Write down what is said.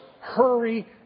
hurry